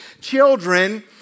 children